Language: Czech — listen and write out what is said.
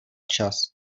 čas